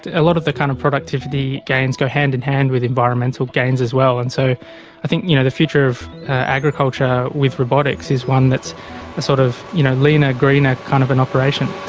a lot of the kind of productivity gains go hand in hand with environmental gains as well, and so i think you know the future of agriculture with robotics is one that is a sort of you know leaner, greener kind of and operation.